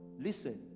listen